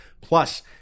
Plus